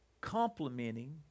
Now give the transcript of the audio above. complementing